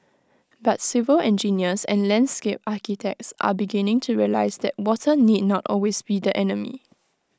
but civil engineers and landscape architects are beginning to realise that water need not always be the enemy